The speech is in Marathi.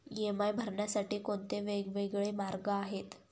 इ.एम.आय भरण्यासाठी कोणते वेगवेगळे मार्ग आहेत?